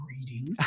reading